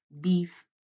beef